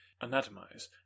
Anatomize